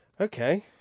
Okay